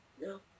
No